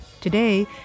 Today